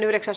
asia